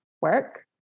work